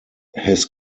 his